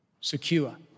secure